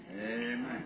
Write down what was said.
Amen